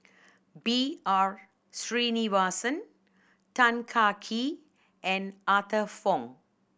B R Sreenivasan Tan Kah Kee and Arthur Fong